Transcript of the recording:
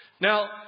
Now